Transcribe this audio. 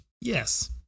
Yes